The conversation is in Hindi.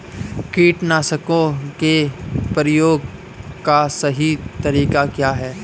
कीटनाशकों के प्रयोग का सही तरीका क्या है?